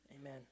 amen